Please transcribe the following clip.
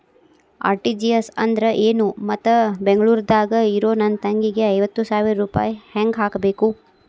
RTGS ಅಂದ್ರ ಏನು ಮತ್ತ ಬೆಂಗಳೂರದಾಗ್ ಇರೋ ನನ್ನ ತಂಗಿಗೆ ಐವತ್ತು ಸಾವಿರ ರೂಪಾಯಿ ಹೆಂಗ್ ಹಾಕಬೇಕು?